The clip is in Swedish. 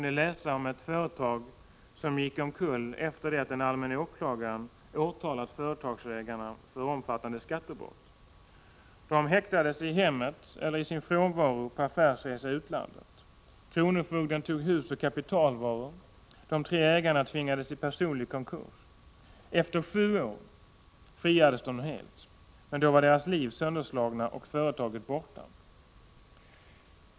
Ett företag gick omkull efter det att den allmänna åklagaren åtalat företagsägarna för omfattande skattebrott. De häktades i hemmet eller i sin frånvaro, på affärsresa i utlandet. Kronofogden tog hus och kapitalvaror. De tre ägarna tvingades i personlig konkurs. Efter sju år friades de helt. Då var deras liv sönderslagna och företaget borta.